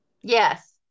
Yes